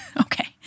Okay